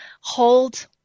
hold